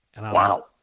Wow